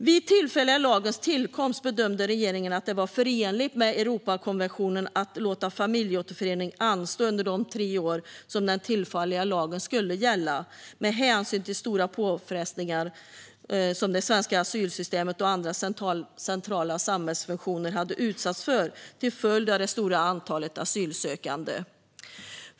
Vid den tillfälliga lagens tillkomst bedömde regeringen att det var förenligt med Europakonventionen att låta familjeåterförening anstå under de tre år som den tillfälliga lagen skulle gälla, med hänsyn till de stora påfrestningar som det svenska asylsystemet och andra centrala samhällsfunktioner hade utsatts för till följd av det stora antalet asylsökande.